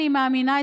אני מאמינה,